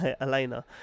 Elena